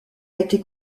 été